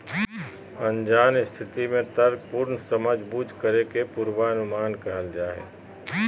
अनजान स्थिति में तर्कपूर्ण समझबूझ करे के पूर्वानुमान कहल जा हइ